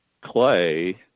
clay